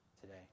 today